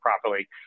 properly